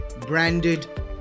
branded